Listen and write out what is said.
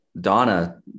Donna